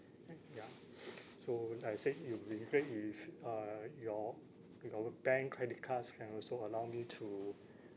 ya so like I said it'll be great if uh your your bank credit cards can also allow me to